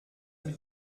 mit